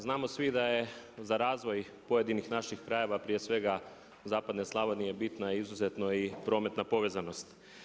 Znamo svi da je za razvoj pojedinih naših krajeva prije svega Zapadne Slavonije bitna izuzetna i prometna povezanost.